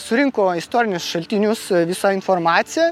surinko istorinius šaltinius visą informaciją